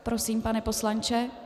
Prosím, pane poslanče.